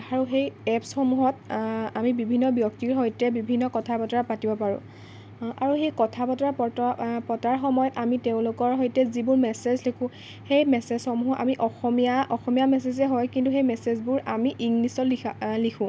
আৰু সেই এপছসমূহত আমি বিভিন্ন ব্যক্তিৰ সৈতে বিভিন্ন কথা বতৰা পাতিব পাৰোঁ আৰু সেই কথা বতৰা পতৰা পতাৰ সময়ত আমি তেওঁলোকৰ সৈতে যিবোৰ মেচেছ লিখোঁ সেই মেচেছসমূহো আমি অসমীয়া মেচেছেই হয় কিন্তু সেই মেচেছবোৰ আমি ইংলিছত লিখা লিখোঁ